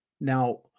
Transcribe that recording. Now